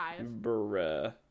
Bruh